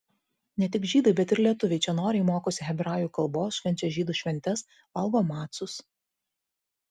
ne tik žydai bet ir lietuviai čia noriai mokosi hebrajų kalbos švenčia žydų šventes valgo macus